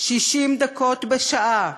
60 דקות בשעה: